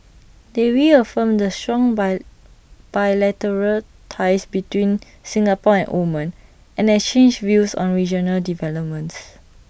they reaffirmed the strong buy bilateral ties between Singapore and Oman and exchanged views on regional developments